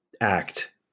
act